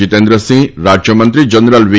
જિતેન્દ્રસિંઘ રાજ્યમંત્રી જનરલ વી